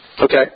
Okay